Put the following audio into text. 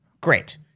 Great